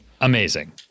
Amazing